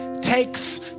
takes